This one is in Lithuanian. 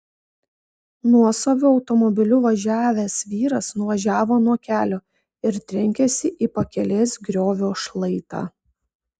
nuosavu automobiliu važiavęs vyras nuvažiavo nuo kelio ir trenkėsi į pakelės griovio šlaitą